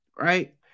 right